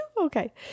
Okay